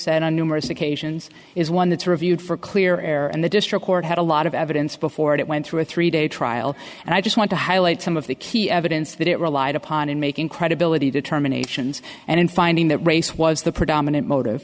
said on numerous occasions is one that's reviewed for clear air and the district court had a lot of evidence before it went through a three day trial and i just want to highlight some of the key evidence that it relied upon in making credibility determinations and in finding that race was the predominant motive